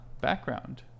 Background